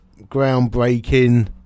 groundbreaking